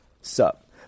sup